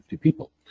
people